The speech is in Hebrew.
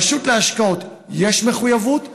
ברשות להשקעות יש מחויבות.